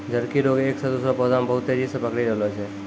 झड़की रोग एक से दुसरो पौधा मे बहुत तेजी से पकड़ी रहलो छै